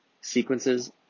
Sequences